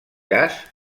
cas